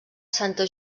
santa